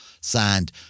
Signed